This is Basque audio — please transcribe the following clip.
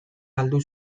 galdu